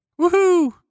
Woohoo